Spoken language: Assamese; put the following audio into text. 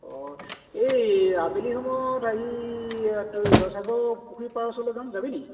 অঁ এই আবেলি সময়ত হেৰি তই জয়সাগৰ পুখুৰী পাৰৰ ওচৰলৈ যাম যাবিনি